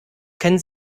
kennen